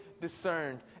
discerned